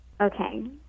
Okay